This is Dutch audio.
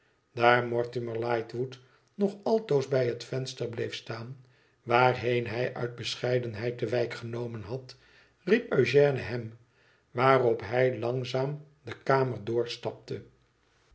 daar mortimer lightwood nog altoos bij het venster bleef staan waarheen hij uit bescheidenheid de wijk genomen had riep eugène hem waarop hij langzaam de kamer